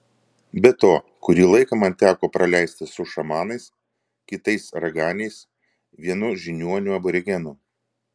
be to kurį laiką man teko praleisti su šamanais kitais raganiais vienu žiniuoniu aborigenu